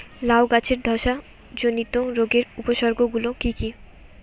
লাউ গাছের ধসা জনিত রোগের উপসর্গ গুলো কি কি?